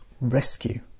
rescue